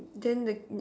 then the